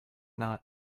not